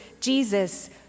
Jesus